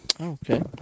Okay